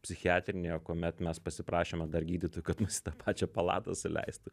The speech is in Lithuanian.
psichiatrinėje kuomet mes pasiprašėme dar gydytojų kad mus į tą pačią palatą suleistų